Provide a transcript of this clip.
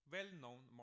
Well-known